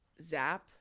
Zap